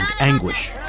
anguish